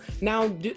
Now